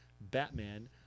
Batman